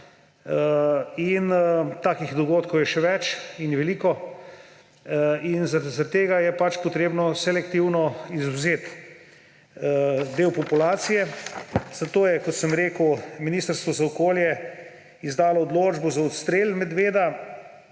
in takih dogodkov je še več in veliko in zaradi tega je potrebno selektivno izvzeti del populacije. Zato je, kot sem rekel, Ministrstvo za okolje izdalo odločbo za odstrel medveda